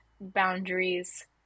boundaries